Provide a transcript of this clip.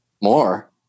More